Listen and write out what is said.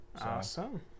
awesome